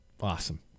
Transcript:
Awesome